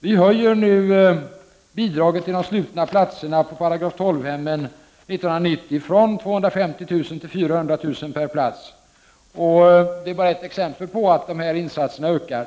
Vi höjer 1990 bidraget till de slutna platserna på § 12-hemmen från 250 000 till 400 000 kr. per plats. Det är bara ett exempel på att dessa insatser ökar.